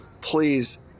please